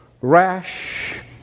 rash